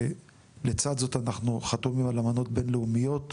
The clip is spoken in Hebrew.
ולצד זאת אנחנו חתומים על אמנות בין לאומיות,